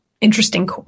interesting